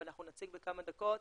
אבל אנחנו נציג בכמה דקות